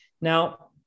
Now